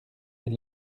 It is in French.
est